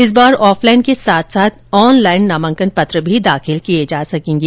इस बार ऑफलाइन के साथ साथ ऑनलाइन नामांकन पत्र भी दाखिल किए जा सकेंगे